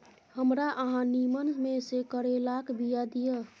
हमरा अहाँ नीमन में से करैलाक बीया दिय?